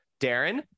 Darren